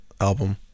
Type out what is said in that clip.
album